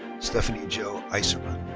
stephanie jo eiserman.